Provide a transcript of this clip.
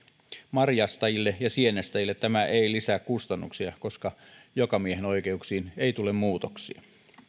marjastajille ja sienestäjille tämä ei lisää kustannuksia koska jokamiehenoikeuksiin ei tule muutoksia